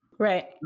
Right